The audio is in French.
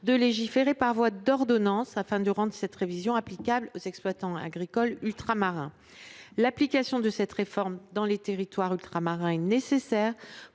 de légiférer par voie d’ordonnance afin de rendre cette révision applicable aux exploitants agricoles ultramarins. L’application de cette réforme dans les territoires ultramarins est nécessaire